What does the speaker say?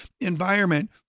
environment